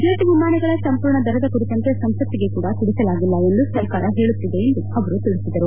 jet ವಿಮಾನಗಳ ಸಂಪೂರ್ಣ ದರದ ಕುರಿತಂತೆ ಸಂಸತ್ತಿಗೆ ಕೂಡ ತಿಳಿಸಲಾಗಿಲ್ಲ ಎಂದು ಸರ್ಕಾರ ಹೇಳುತ್ತಿದೆ ಎಂದು ಅವರು ತಿಳಿಬದರು